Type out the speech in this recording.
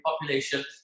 population